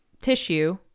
tissue